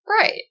Right